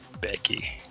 becky